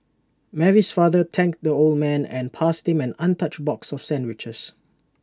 Mary's father thanked the old man and passed him an untouched box of sandwiches